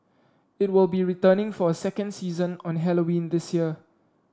it will be returning for a second season on Halloween this year